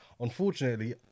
unfortunately